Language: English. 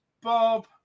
Bob